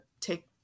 take